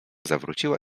zawróciła